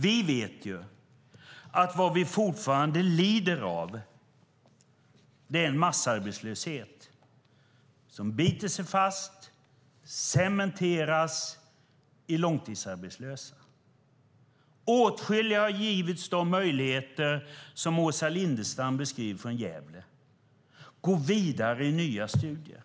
Vi vet att vad vi fortfarande lider av är en massarbetslöshet som biter sig fast och cementeras i långtidsarbetslösa. Åtskilliga har givits de möjligheter som Åsa Lindestam beskriver från Gävle, att gå vidare i nya studier.